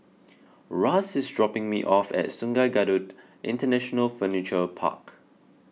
Russ is dropping me off at Sungei Kadut International Furniture Park